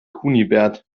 kunibert